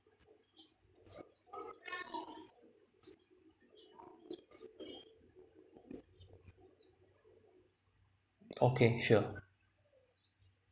okay sure